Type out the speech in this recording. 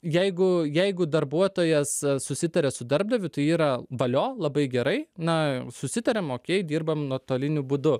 jeigu jeigu darbuotojas susitaria su darbdaviu tai yra valio labai gerai na susitariam okei dirbam nuotoliniu būdu